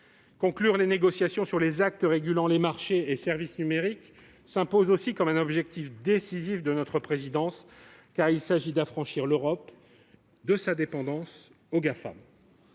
Conclure les négociations sur les actes régulant les marchés et services numériques s'impose aussi comme un objectif décisif de notre présidence, car il s'agit d'affranchir l'Europe de sa dépendance aux Gafam.